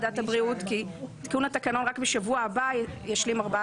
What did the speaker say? כי תיקון התקנה בשבוע הבא ישלים 14